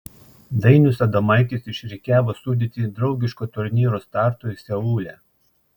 dainius adomaitis išrikiavo sudėtį draugiško turnyro startui seule